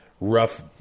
rough